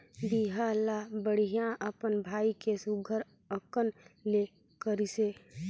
बिहा ल बड़िहा अपन भाई के सुग्घर अकन ले करिसे